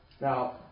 Now